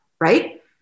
right